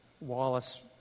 Wallace